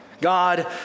God